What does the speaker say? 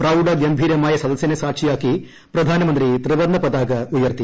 പ്രൌഡ ഗംഭീര സദസിനെ സാക്ഷിയാക്കി പ്രധാനമന്ത്രി ത്രിവർണ പതാക ഉയർത്തി